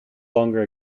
longer